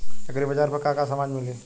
एग्रीबाजार पर का का समान मिली?